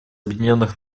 объединенных